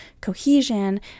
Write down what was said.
cohesion